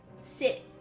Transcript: sit